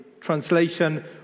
Translation